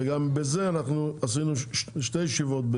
וגם בזה אנחנו עשינו שתי ישיבות,